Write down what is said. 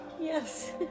Yes